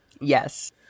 Yes